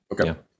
Okay